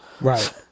Right